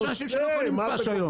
יש אנשים שלא קונים דבש היום,